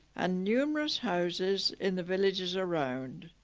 ah numerous houses in the villages around,